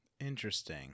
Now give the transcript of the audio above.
Interesting